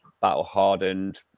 battle-hardened